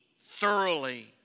thoroughly